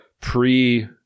pre